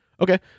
Okay